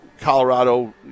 Colorado